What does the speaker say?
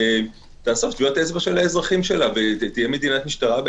תאסוף טביעות אצבע של האזרחים שלה ותהיה מדינת משטרה.